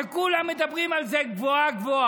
כשכולם מדברים על זה גבוהה-גבוהה.